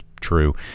true